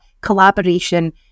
collaboration